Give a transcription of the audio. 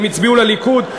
הם הצביעו לליכוד,